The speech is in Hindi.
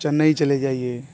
चेन्नई चले जाइए